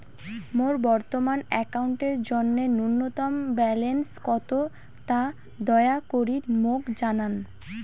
মোর বর্তমান অ্যাকাউন্টের জন্য ন্যূনতম ব্যালেন্স কত তা দয়া করি মোক জানান